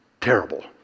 terrible